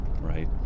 right